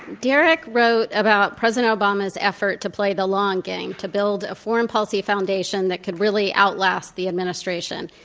derek wrote about president obama's effort to play the long game, to build a foreign policy foundation that could really outlast the administration.